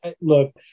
Look